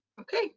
Okay